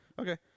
Okay